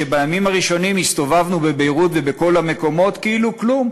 שבימים הראשונים הסתובבנו בביירות ובכל המקומות כאילו כלום.